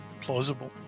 plausible